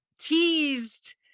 teased